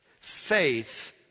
Faith